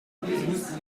babies